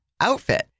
outfit